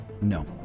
No